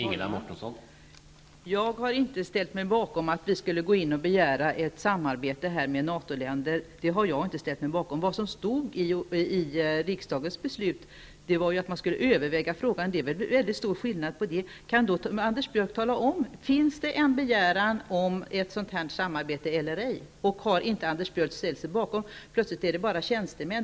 Herr talman! Jag har inte ställt mig bakom att vi skulle begära ett samarbete med NATO-länder. Vad som stod i riksdagens beslut var att man skulle överväga frågan. Det är en mycket stor skillnad häremellan. Kan Anders Björck tala om huruvida det finns en begäran om ett sådant samarbete eller ej, och har inte Anders Björck ställt sig bakom den? Plötsligt gäller det bara tjänstemän.